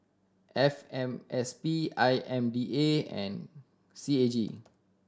F M S P I M D A and C A G